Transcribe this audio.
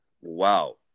wow